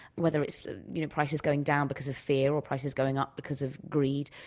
whether it's you know prices going down because of fear or prices going up because of greed.